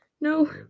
No